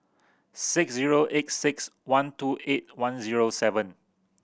six zero eight six one two eight one zero seven